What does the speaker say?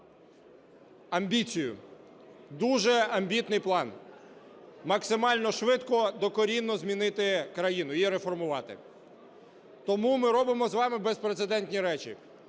амбіцію, дуже амбітний план: максимально швидко докорінно змінити країну, її реформувати. Тому ми робимо з вами безпрецедентні речі.